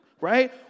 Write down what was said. Right